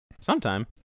Sometime